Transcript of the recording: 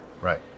Right